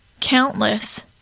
countless